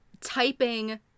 Typing